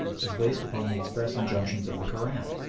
is based upon the express injunctions of the koran,